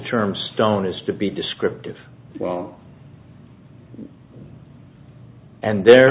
term stone is to be descriptive well and the